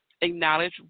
Acknowledge